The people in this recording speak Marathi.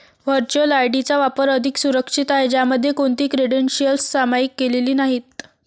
व्हर्च्युअल आय.डी चा वापर अधिक सुरक्षित आहे, ज्यामध्ये कोणतीही क्रेडेन्शियल्स सामायिक केलेली नाहीत